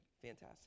Fantastic